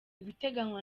ibiteganywa